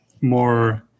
more